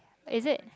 is it